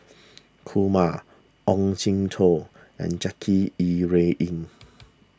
Kumar Ong Jin Teong and Jackie Yi Ru Ying